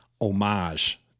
homage